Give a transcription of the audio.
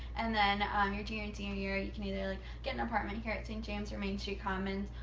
and then your junior and senior year, you can either like get an apartment here at st. james or main street commons,